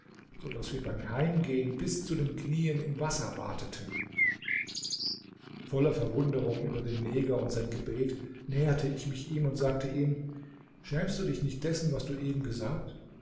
so daß wir beim heimgehen bis zu den knieen im wasser wateten voller verwunderung über den neger und sein gebet näherte ich mich ihm und sagte ihm schämst du dich nicht dessen was du eben gesagt